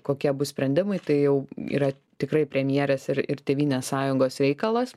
kokie bus sprendimai tai jau yra tikrai premjerės ir ir tėvynės sąjungos reikalas